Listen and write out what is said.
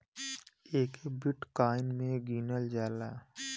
एके बिट्काइन मे गिनल जाला